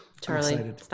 Charlie